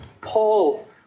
Paul